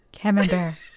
Camembert